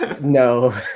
no